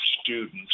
students